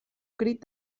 crit